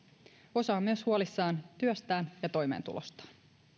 osa on myös huolissaan työstään ja toimeentulostaan